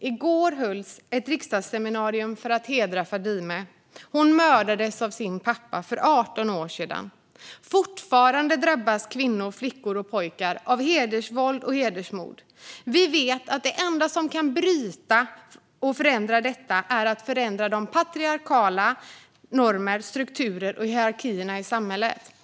I går hölls ett riksdagsseminarium för att hedra Fadime. Hon mördades av sin pappa för 18 år sedan. Fortfarande drabbas kvinnor, flickor och pojkar av hedersvåld och hedersmord. Vi vet att det enda som kan bryta och förändra detta är att förändra de patriarkala normerna, strukturerna och hierarkierna i samhället.